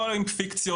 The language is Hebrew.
לא עם פיקציות,